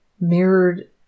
mirrored